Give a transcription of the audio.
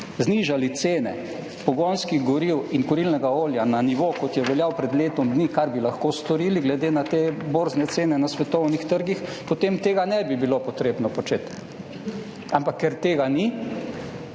znižali cene pogonskih goriv in kurilnega olja na nivo, kot je veljal pred letom dni, kar bi lahko storili glede na te borzne cene na svetovnih trgih, potem tega ne bi bilo potrebno početi. Ampak ker tega ni,